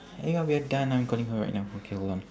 eh we are done I'm calling her right now okay hold on